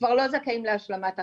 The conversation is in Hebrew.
כבר לא זכאים להשלמת הכנסה.